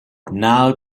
now